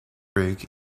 rig